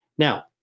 Now